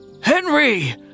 Henry